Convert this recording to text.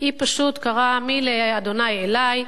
אדוני היושב-ראש,